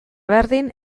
berdin